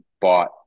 bought